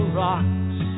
rocks